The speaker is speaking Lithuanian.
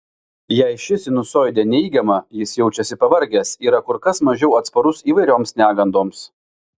jei ši sinusoidė neigiama jis jaučiasi pavargęs yra kur kas mažiau atsparus įvairioms negandoms